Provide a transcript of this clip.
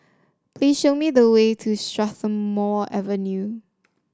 please show me the way to Strathmore Avenue